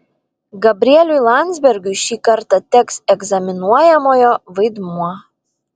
gabrieliui landsbergiui šį kartą teks egzaminuojamojo vaidmuo